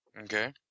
Okay